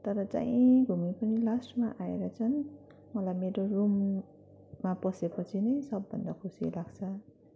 तर जहीँ घुमे पनि लास्टमा आएर चाहिँ मलाई मेरो रुममा पसे पछि नै सबभन्दा खुसी लाग्छ